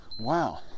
Wow